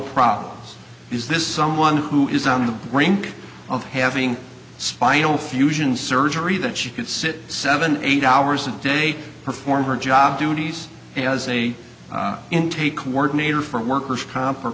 problems is this someone who is on the brink of having spinal fusion surgery that she could sit seven eight hours a day perform her job duties as a intake coordinator for worker's comp or